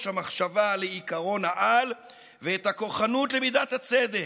המחשבה לעקרון-העל ואת הכוחנות למידת הצדק.